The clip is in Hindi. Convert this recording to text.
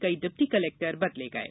कई डिप्टी कलेक्टर बदले गये